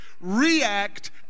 react